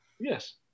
Yes